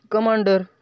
commander